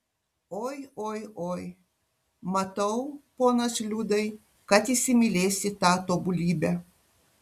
oi oi oi matau ponas liudai kad įsimylėsi tą tobulybę